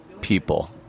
People